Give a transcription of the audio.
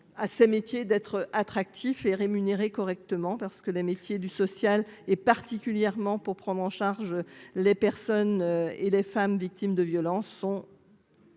à ces métiers d'être attractif et rémunérer correctement parce que les métiers du social, et particulièrement pour prendre en charge les personnes et les femmes victimes de violence sont.